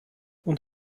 und